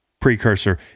Precursor